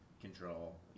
control